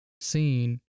seen